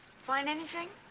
find anything